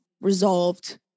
resolved